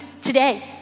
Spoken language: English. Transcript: today